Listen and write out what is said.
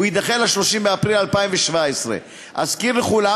הוא יידחה ל-30 באפריל 2017. אזכיר לכולם